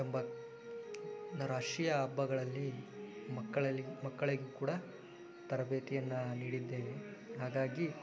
ಎಂಬ ರಾಷ್ಟ್ರೀಯ ಹಬ್ಬಗಳಲ್ಲಿ ಮಕ್ಕಳಲ್ಲಿ ಮಕ್ಕಳಿಗೂ ಕೂಡ ತರಬೇತಿಯನ್ನು ನೀಡಿದ್ದೇನೆ ಹಾಗಾಗಿ